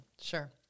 Sure